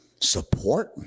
Support